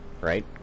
Right